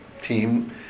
team